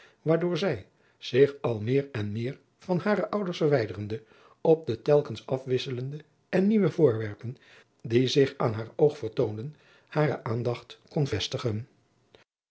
waardoor zij zich al meer en meer van hare ouders verwijderende op de telkens afwisselende en nieuwe voorwerpen die zich aan haar oog vertoonden hare aandacht kon vestigen